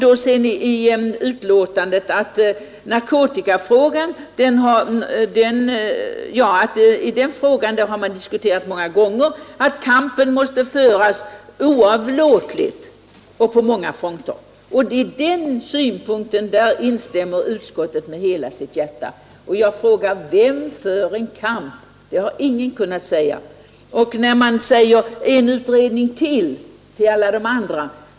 I utskottsbetänkandet säger man att i narkotikafrågan har man diskuterat många gånger att kampen måste föras oavlåtligt och på många fronter. I den synpunkten instämmer utskottet helhjärtat. Men jag frågar: Vem för en kamp? Det har ingen kunnat säga. Man säger: En utredning till? Till alla de andra?